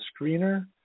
screener